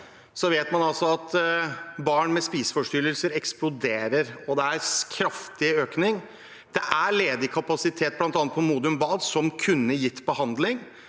Så vet man at antallet barn med spiseforstyrrelser eksploderer, det er en kraftig økning. Det er ledig kapasitet, bl.a. på Modum Bad, som kunne gitt behandling,